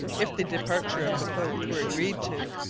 if the departure of the boat were agreed to,